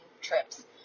trips